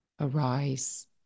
Arise